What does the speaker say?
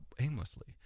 aimlessly